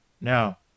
Now